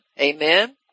Amen